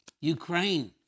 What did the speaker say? Ukraine